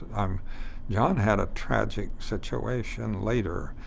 um john had a tragic situation later.